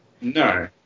No